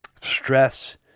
stress